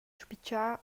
spitgar